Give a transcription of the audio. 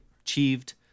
achieved